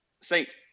saint